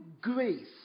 grace